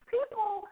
People